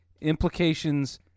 implications